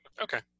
Okay